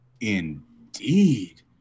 Indeed